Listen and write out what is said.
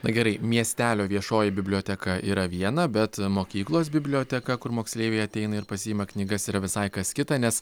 na gerai miestelio viešoji biblioteka yra viena bet mokyklos biblioteka kur moksleiviai ateina ir pasiima knygas yra visai kas kita nes